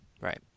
Right